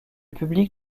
public